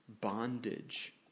bondage